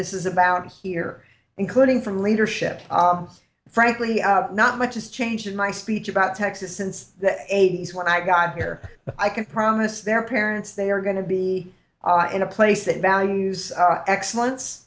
this is about here including from leadership frankly not much has changed my speech about texas since the eighty's when i got here i can promise their parents they are going to be in a place that values excellen